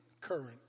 current